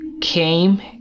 came